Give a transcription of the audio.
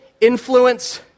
influence